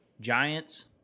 Giants